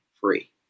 free